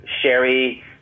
sherry